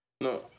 No